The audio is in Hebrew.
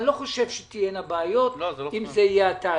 אני לא חושב שתהיינה בעיות אם זה יהיה התהליך.